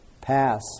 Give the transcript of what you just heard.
pass